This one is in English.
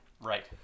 right